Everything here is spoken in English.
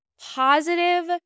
Positive